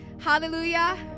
Hallelujah